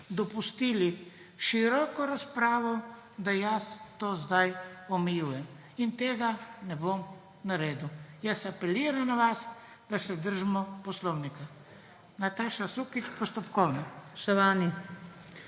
dopustili široko razpravo, da jaz to zdaj omejujem. In tega ne bom naredil. Jaz apeliram na vas, da se držimo poslovnika.